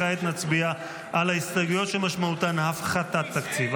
כעת נצביע על ההסתייגויות שמשמעותן הפחתת תקציב.